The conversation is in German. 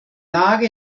lage